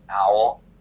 owl